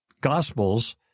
Gospels